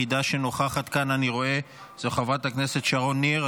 אני רואה שהיחידה שנוכחת כאן זו חברת הכנסת שרון ניר.